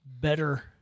better